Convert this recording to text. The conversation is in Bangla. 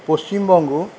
পশ্চিমবঙ্গ